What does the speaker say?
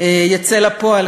יצא לפועל,